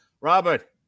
robert